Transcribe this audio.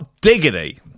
diggity